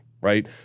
right